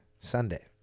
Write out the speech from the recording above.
Sunday